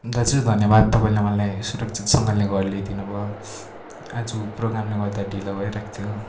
दाजु धन्यवाद तपाईँले मलाई सुरक्षितसँगले घर ल्याइदिनु भयो आज प्रोग्रामले गर्दा ढिलो भइरहेको थियो